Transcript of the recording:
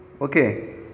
Okay